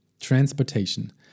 Transportation